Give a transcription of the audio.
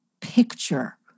picture